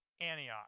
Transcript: Antioch